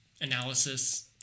analysis